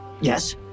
Yes